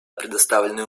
предоставленную